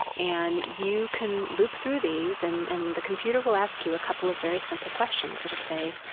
and you can loop through these and and the computer will ask you a couple of very simple questions. it'll say,